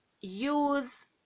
use